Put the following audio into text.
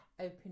open